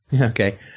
Okay